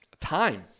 time